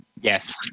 yes